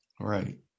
Right